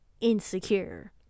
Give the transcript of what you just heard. insecure